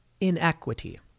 inequity